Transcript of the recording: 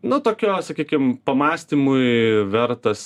nu tokio sakykim pamąstymui vertas